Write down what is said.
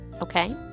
okay